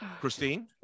Christine